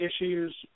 issues